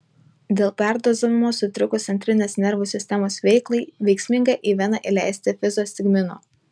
dėl perdozavimo sutrikus centrinės nervų sistemos veiklai veiksminga į veną įleisti fizostigmino